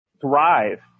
thrive